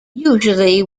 usually